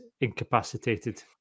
incapacitated